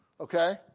Okay